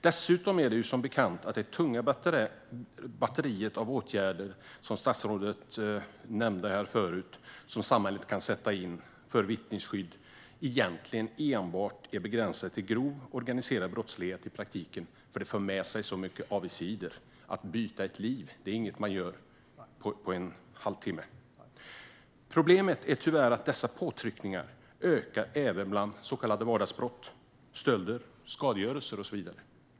Dessutom är det tunga batteriet av åtgärder som samhället kan sätta in för vittnesskydd, som statsrådet nämnde tidigare, egentligen begränsat till i praktiken grov organiserad brottslighet eftersom det för med sig så mycket avigsidor att byta liv. Det är inget man gör på en halvtimme. Problemet är tyvärr att dessa påtryckningar ökar även bland så kallade vardagsbrott, det vill säga stölder, skadegörelse och så vidare.